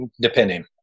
depending